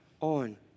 on